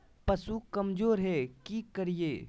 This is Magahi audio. पशु कमज़ोर है कि करिये?